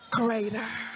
greater